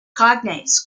cognates